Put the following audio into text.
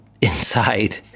inside